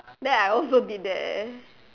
then I also did that